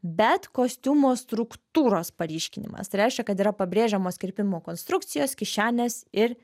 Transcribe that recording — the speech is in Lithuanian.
bet kostiumo struktūros paryškinimas tai reiškia kad yra pabrėžiamos kirpimo konstrukcijos kišenės ir